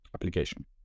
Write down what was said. application